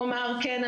הוא אמר: כן,